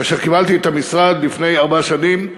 כאשר קיבלתי את המשרד לפני ארבע שנים